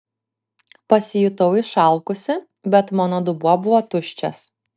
pasijutau išalkusi bet mano dubuo buvo tuščias